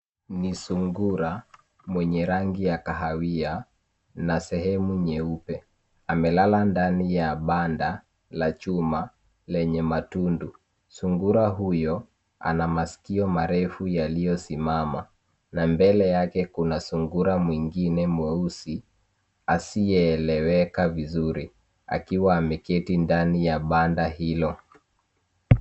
Ni sungura mwenye rangi ya kahawia na sehemu nyeupe. Amelala ndani ya banda la chuma lenye matundu. Sungura huyo anamasikio marefu yalio simama. Na mbele yake kuna sungura mwingine mweusi asie eleweka vizuri, akiwa ameketi ndani ya banda hilo.